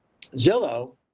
Zillow